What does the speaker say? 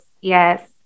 yes